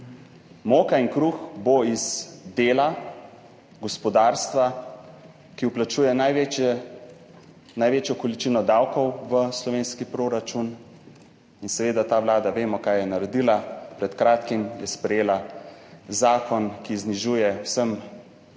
Moka in kruh bosta iz dela gospodarstva, ki vplačuje največjo količino davkov v slovenski proračun in seveda za to vlada vemo, kaj je naredila. Pred kratkim je sprejela zakon, ki znižuje vsem